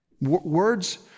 Words